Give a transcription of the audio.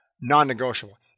non-negotiable